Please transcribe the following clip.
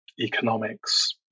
economics